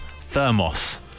Thermos